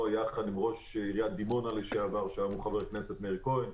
יחד עם ראש עיריית דימונה לשעבר חבר הכנסת מאיר כהן.